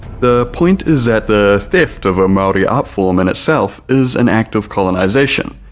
the point is that the theft of a maori art form in itself is an act of colonization,